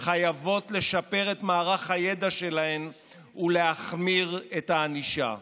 חייבות לשפר את מערך הידע שלהן ולהחמיר את הענישה.